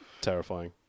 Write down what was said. terrifying